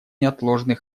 неотложный